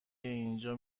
اینجا